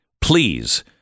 Please